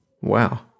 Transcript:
Wow